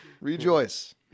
Rejoice